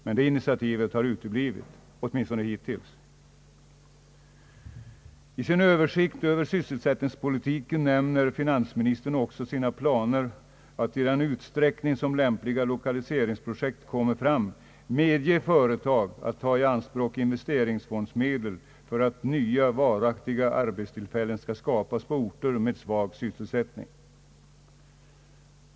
Men det initiativet har uteblivit. I översikten över sysselsättningspolitiken nämner finansministern också sina planer att i den utsträckning som lämpliga lokaliseringsprojekt kommer fram medge företag att ta i anspråk investeringsfondsmedel för att nya varaktiga arbetstillfällen skall skapas på orter med svag sysselsättning.